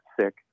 sick